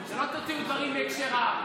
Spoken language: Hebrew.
שלא תוציאו דברים מהקשרם.